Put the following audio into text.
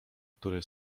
który